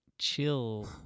Chill